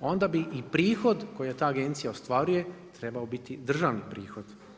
onda bi i prihod koja ta agencija ostvaruje trebao biti državni prihod.